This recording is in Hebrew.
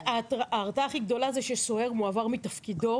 ההרתעה הכי גדולה זה שסוהר מועבר מתפקידו